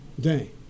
day